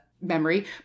memory